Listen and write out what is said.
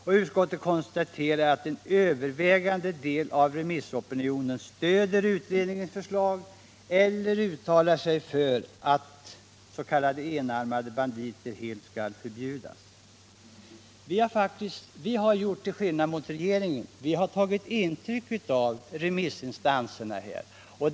Och utskottet konstaterar att en övervägande del av remissopinionen stödjer utredningens förslag eller uttalar sig för att s.k. enarmade banditer helt skall förbjudas. Vi har till skillnad mot regeringen tagit intryck av remissinstansernas synpunkter i detta avseende.